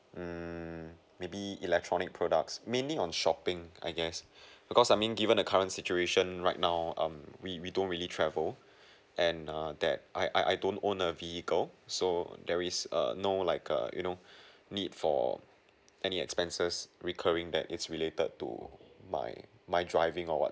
mm maybe electronic products mainly on shopping I guess because I mean given the current situation right now um we we don't really travel and err that I I I don't own a vehicle so there is a no like err you know need for any expenses recurring that is related to my my driving or what